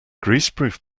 greaseproof